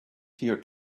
here